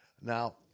Now